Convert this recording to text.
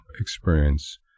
experience